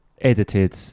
edited